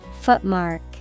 Footmark